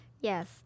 Yes